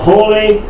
Holy